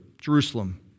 Jerusalem